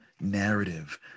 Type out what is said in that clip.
narrative